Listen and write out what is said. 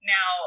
Now